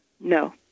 No